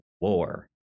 War